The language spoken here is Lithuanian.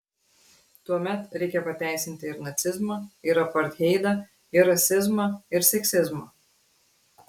tuomet reikia pateisinti ir nacizmą ir apartheidą ir rasizmą ir seksizmą